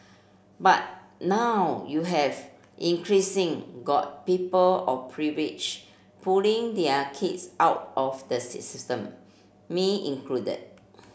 but now you have increasing got people of privilege pulling their kids out of the system me included